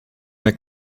jak